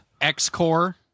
X-Core